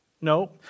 No